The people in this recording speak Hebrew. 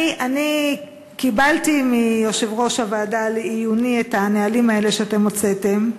אני קיבלתי מיושב-ראש הוועדה לעיוני את הנהלים האלה שאתם הוצאתם,